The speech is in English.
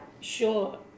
sure